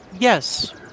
Yes